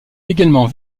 également